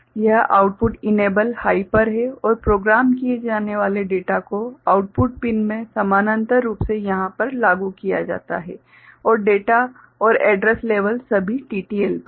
यह output enable high पर है और प्रोग्राम किए जाने वाले डेटा को आउटपुट पिन में समानांतर रूप से यहाँ पर लागू किया जाता है और डेटा और एड्रैस लेवल सभी TTL पर हैं